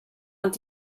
und